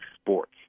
sports